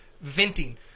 venting